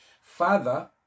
Father